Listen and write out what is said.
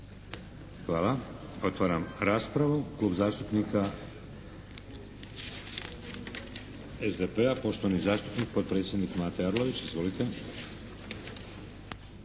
Hvala. Otvaram raspravu. Klub zastupnika SDP-a, poštovani zastupnik potpredsjednik Mate Arlović, izvolite.